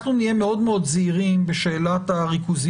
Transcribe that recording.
אנחנו נהיה מאוד מאוד זהירים בשאלת הריכוזיות